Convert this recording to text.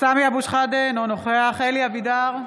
סמי אבו שחאדה, אינו נוכח אלי אבידר,